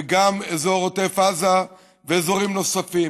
וגם אזור עוטף עזה ואזורים נוספים.